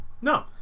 No